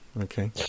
Okay